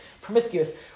promiscuous